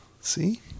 see